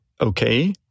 okay